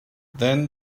then